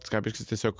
skapiškis tiesiog